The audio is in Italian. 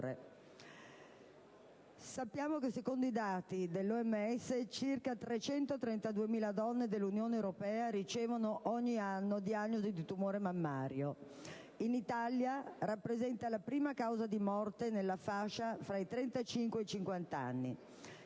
proporre. Secondo i dati dell'OMS, circa 332.000 donne dell'Unione europea ricevono ogni anno diagnosi di tumore mammario. In Italia il tumore della mammella rappresenta la prima causa di morte nella fascia fra i 35 e i 50 anni;